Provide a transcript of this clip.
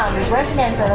there's resonance